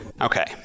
Okay